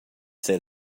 say